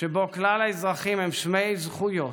שבו כלל האזרחים הם שווי זכויות